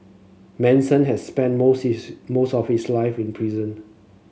Manson had spent most most of his life in prison